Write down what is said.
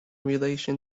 relation